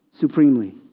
supremely